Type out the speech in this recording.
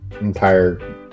entire